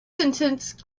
sentence